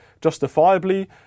justifiably